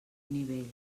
nivell